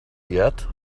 yet